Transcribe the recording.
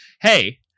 hey